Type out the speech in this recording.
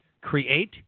Create